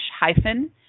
hyphen